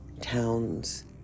towns